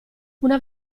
una